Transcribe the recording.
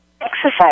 Exercise